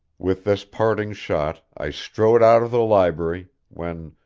with this parting shot i strode out of the library, when,